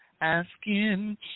asking